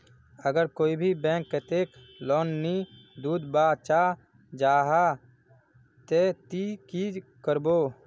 अगर कोई भी बैंक कतेक लोन नी दूध बा चाँ जाहा ते ती की करबो?